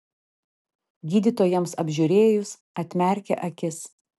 gydytojams apžiūrėjus atmerkė akis